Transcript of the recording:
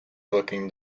booking